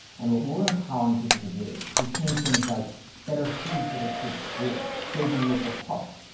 and what we're empowering people to do is to change things like better food for their kid's school. saving a local park.